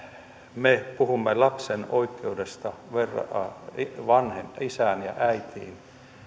me puhumme lapsen oikeudesta verrataan isään ja äitiin